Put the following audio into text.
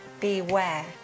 beware